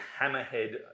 Hammerhead